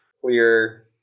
clear